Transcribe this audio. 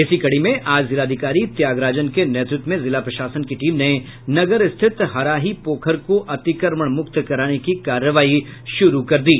इसी कड़ी में आज जिलाधिकारी त्यागराजन के नेतृत्व में जिला प्रशासन की टीम ने नगर स्थित हराही पोखर को अतिक्रमण मुक्त कराने की कार्रवाई शुरू कर दी